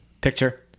Picture